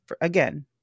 again